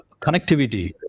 connectivity